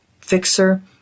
fixer